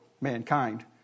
mankind